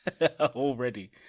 already